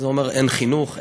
זה אומר: אין חינוך,